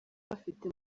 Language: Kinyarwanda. bafite